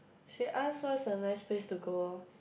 she ask what's the nice place to go lor